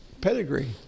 pedigree